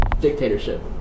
Dictatorship